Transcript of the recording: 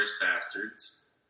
Bastards